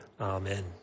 amen